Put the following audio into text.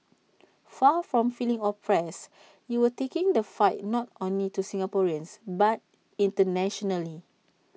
far from feeling oppressed you were taking the fight not only to Singaporeans but internationally